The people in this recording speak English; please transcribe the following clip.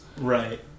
Right